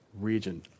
region